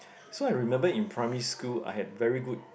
so I remember in primary school I had very good